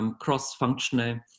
cross-functional